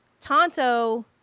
Tonto